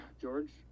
George